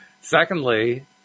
Secondly